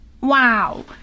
Wow